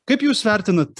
kaip jūs vertinat